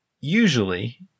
usually